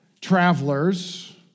travelers